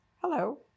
Hello